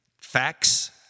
Facts